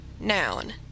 noun